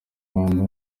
mampa